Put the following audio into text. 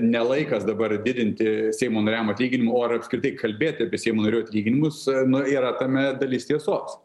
ne laikas dabar didinti seimo nariam atlyginimų o ir apskritai kalbėti apie seimo narių atlyginimus nu yra tame dalis tiesos